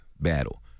battle